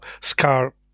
scar